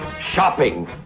shopping